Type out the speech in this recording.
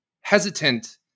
hesitant